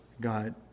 God